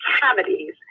cavities